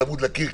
צמוד לקיר,